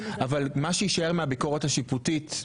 אבל מה שיישאר מהביקורת השיפוטית,